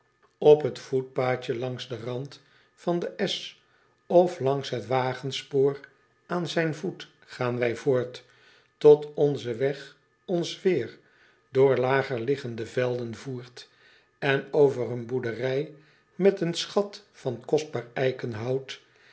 p het voetpaadje langs den rand van den esch of langs het wagenspoor aan zijn voet gaan wij voort tot onze weg ons weêr door lager liggende velden voert en over een boerderij met een schat van kostbaar eikenhout